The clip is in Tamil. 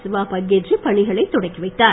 சிவா பங்கேற்று பணிகளைத் தொடக்கிவைத்தார்